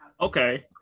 Okay